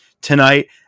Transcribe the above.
tonight